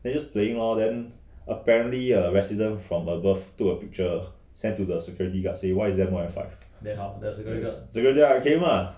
then just playing lor then apparently a resident from above took a picture send to the security guard say why is there more than five security guard came lah